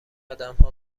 آدمها